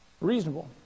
Reasonable